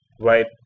right